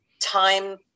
time